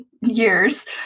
years